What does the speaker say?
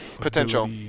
potential